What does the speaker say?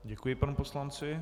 Děkuji panu poslanci.